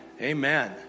Amen